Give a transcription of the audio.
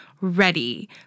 ready